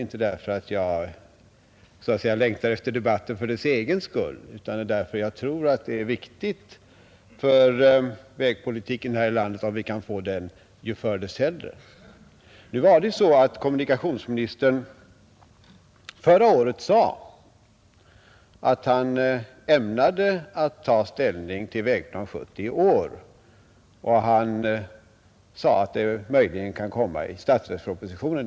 Det är inte så att jag längtar efter den debatten för dess egen skull, utan jag tror det är viktigt för vägpolitiken här i landet att vi får den snart. Ju förr, dess hellre. Kommunikationsministern sade förra året att han ämnade ta ställning till Vägplan 1970 i år, möjligen i statsverkspropositionen.